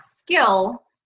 skill